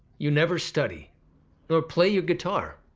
you never study or play your guitar.